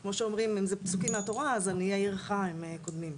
וכמו שאומרים אם אלו פסוקים מהתורה אז עניי עירך קודמים.